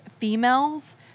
females